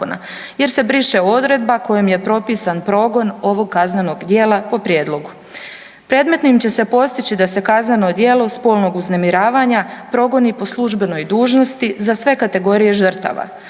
jer se briše odredba kojom je propisan progon ovog kaznenog djela po prijedlogu. Predmetnim će se postići da se kazneno djelo spolnog uznemiravanja progoni po službenoj dužnosti za sve kategorije žrtava,